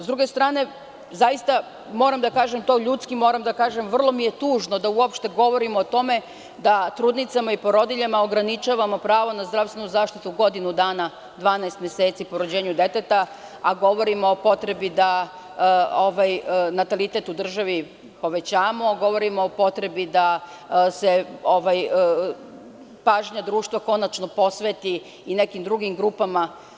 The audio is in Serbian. S druge strane, zaista moram da kažem da je vrlo tužno da uopšte govorimo o tome da trudnicama i porodiljama ograničavamo pravo na zdravstvenu zaštitu godinu dana, 12 meseci po rođenju deteta, a govorimo o potrebi natalitet u državi povećamo, govorimo o potrebi da se pažnja društva konačno posveti i nekim drugim grupama.